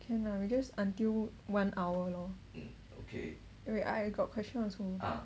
can lah just until one hour lor alright I got question also